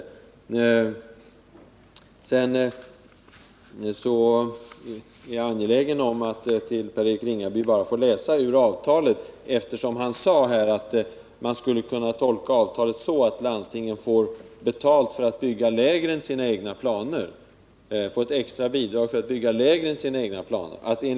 ä Sedan är jag angelägen om att för Per-Eric Ringaby få läsa ur avtalet, eftersom han sade att man skulle kunna tolka avtalet så, att landstingen får ett extra bidrag för att bygga lägre än sina egna planer.